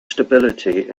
stability